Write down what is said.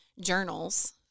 journals